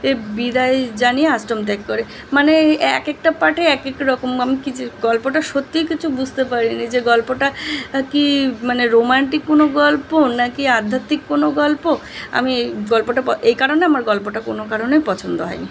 এ বিদায় জানিয়ে আশ্রম ত্যাগ করে মানে এক একটা পার্টে এক এক রকম কি যে গল্পটা সত্যিই কিছু বুঝতে পারি নি যে গল্পটা কি মানে রোম্যান্টিক কোনো গল্প না কি আধ্যাত্মিক কোনো গল্প আমি গল্পটা প এই কারণে আমার গল্পটা কোনো কারণে পছন্দ হয় নি